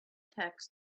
tax